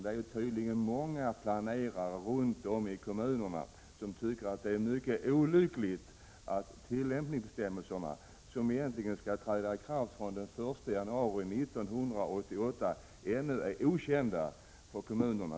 Det är tydligen många planerare runt om i kommunerna som tycker att det är mycket olyckligt att de tillämpningsbestämmelser som egentligen skall träda i kraft den 1 januari 1988 ännu är okända.